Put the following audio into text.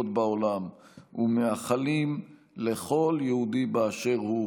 בעולם ומאחלים לכל יהודי באשר הוא: